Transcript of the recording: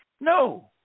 No